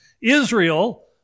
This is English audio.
Israel